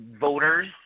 voters